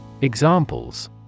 Examples